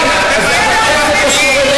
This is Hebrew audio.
מה זה גרים פה?